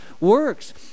works